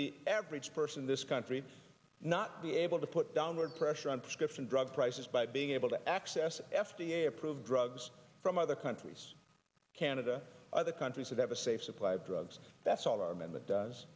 the average person this country not be able to put downward pressure on prescription drug prices by being able to access f d a approved drugs from other countries canada other countries that have a safe supply of drugs that's all our member does